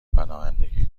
پناهندگی